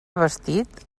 vestit